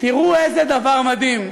תראו איזה דבר מדהים.